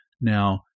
now